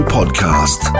Podcast